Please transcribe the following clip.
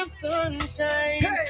sunshine